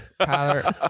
Tyler